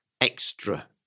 extra